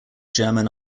german